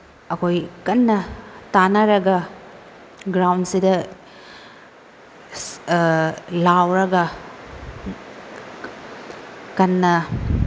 ꯑꯩꯈꯣꯏ ꯀꯟꯅ ꯇꯥꯅꯔꯒ ꯒ꯭ꯔꯥꯎꯟꯁꯤꯗ ꯂꯥꯎꯔꯒ ꯀꯟꯅ